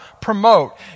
promote